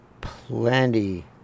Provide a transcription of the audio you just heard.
Plenty